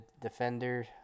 defender